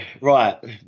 right